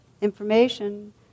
Information